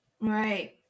right